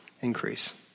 increase